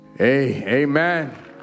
amen